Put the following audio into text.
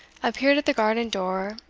appeared at the garden door,